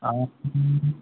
ꯑꯥ